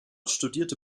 studierte